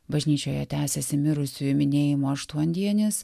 bažnyčioje tęsiasi mirusiųjų minėjimo aštuondienis